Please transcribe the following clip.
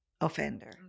offender